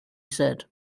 said